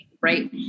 right